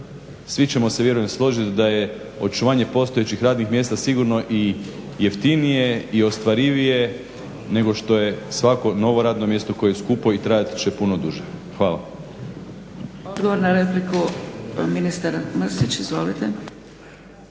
Svi ćemo se vjerujem složiti da je očuvanje postojećih radnih mjesta sigurno i jeftinije i ostvarivije nego što je svako novo radno mjesto koje je skupo i trajat će puno duže. Hvala.